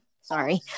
Sorry